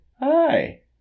Hi